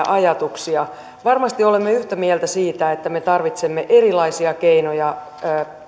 ajatuksia varmasti olemme yhtä mieltä siitä että me tarvitsemme erilaisia keinoja